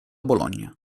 bologna